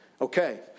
Okay